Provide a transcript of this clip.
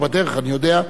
הוא בדרך, אני יודע.